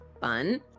fun